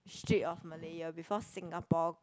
Strait of Malaya before Singapore